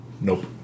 Nope